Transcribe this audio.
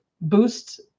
boost